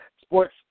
sports